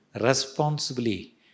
responsibly